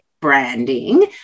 branding